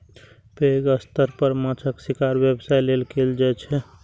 पैघ स्तर पर माछक शिकार व्यवसाय लेल कैल जाइ छै